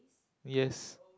yes